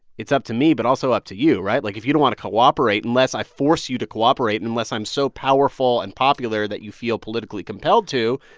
it's up to me but also up to you right? like, if you don't want to cooperate, unless i force you to cooperate unless i'm so powerful and popular that you feel politically compelled to,